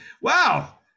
wow